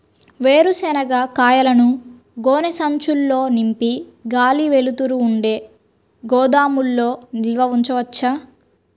వేరుశనగ కాయలను గోనె సంచుల్లో నింపి గాలి, వెలుతురు ఉండే గోదాముల్లో నిల్వ ఉంచవచ్చా?